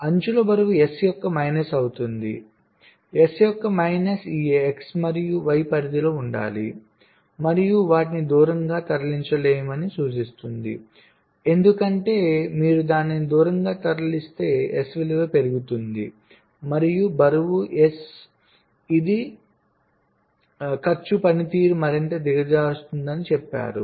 అంచుల బరువు S యొక్క మైనస్ అవుతుంది S యొక్క మైనస్ ఈ X మరియు Y ఈ పరిధిలో ఉండాలి మరియు వాటిని దూరంగా తరలించలేమని సూచిస్తుంది ఎందుకంటే మీరు దానిని దూరంగా తరలిస్తే S విలువ పెరుగుతుంది మరియు బరువు S ఇది ఖర్చు పనితీరును మరింత దిగజార్చుతుందని చెప్పారు